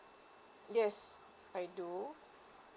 yes I do